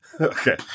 Okay